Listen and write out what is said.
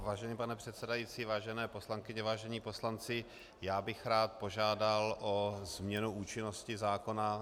Vážený pane předsedající, vážené poslankyně, vážení poslanci, já bych rád požádal o změnu účinnosti zákona.